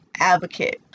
advocate